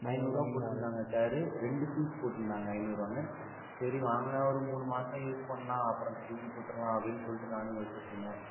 ஐநூறுரூவா போட்டுருந்தாங்க ச்சேரு ரெண்டு பீஸ் போட்டுருந்தாங்க ஐநூறுரூவான்னு சரி வாங்கினா ஒரு மூணு மாதம் யூஸ் பண்ணலாம் அப்புறம் தூக்கி போட்டுருலாம் அப்படின்னு சொல்லிட்டு நானும் யோசிச்சிட்டுருந்தேன்